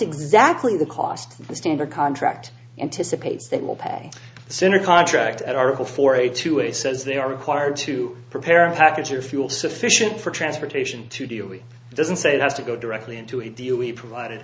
exactly the cost of the standard contract anticipates that will pay sooner contract article for a two way says they are required to prepare a package of fuel sufficient for transportation to deal with it doesn't say it has to go directly into a deal we provided